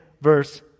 verse